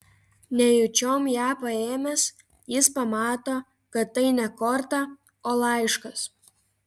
nejučiom ją paėmęs jis pamato kad tai ne korta o laiškas